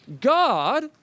God